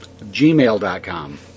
gmail.com